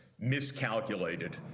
miscalculated